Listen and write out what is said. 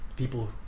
people